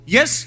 Yes